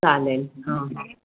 चालेल हां हां